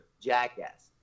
Jackass